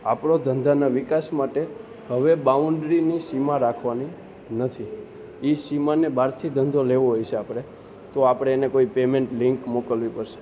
આપણો ધંધાના વિકાસ માટે હવે બાઉન્ડ્રીની સીમા રાખવાની નથી એ સીમાને બારથી ધંધો લેવો હોય સે આપણે તો આપણે એને કોઈ પેમેન્ટ લિન્ક મોકલવી પડશે